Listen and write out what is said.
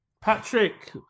Patrick